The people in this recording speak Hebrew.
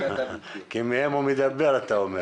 כי מהן הוא מדבר, אתה אומר.